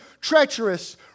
treacherous